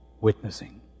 witnessing